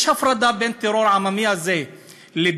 יש הפרדה בין טרור עממי לבין